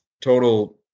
total